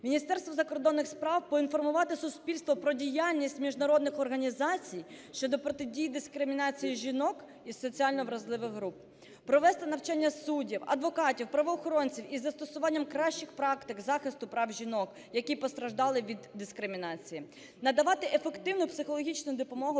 Міністерству закордонних справ поінформувати суспільство про діяльність міжнародних організацій щодо протидії дискримінації жінок із соціально вразливих груп. Провести навчання суддів, адвокатів, правоохоронців із застосуванням кращих практик захисту прав жінок, які постраждали від дискримінації, надавати ефективну психологічну допомогу